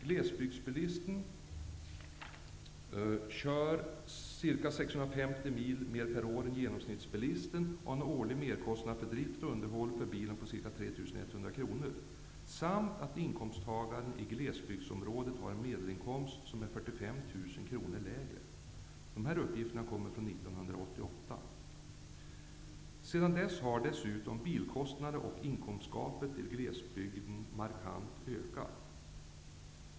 Glesbygdsbilisten kör ca 650 mil mer per år än genomstnittsbilisten, och han har en årlig merkostnad för drift och underhåll för bilen på 3 100 kronor. Dessutom har inkomsttagaren i glesbygdsområden en medelinkomst som är 45 000 kronor lägre än för andra inkomsttagare. Dessa uppgifter är från 1988. Sedan dess har bilkostnaderna och inkomstgapet mellan glesbygden och andra områden markant ökat.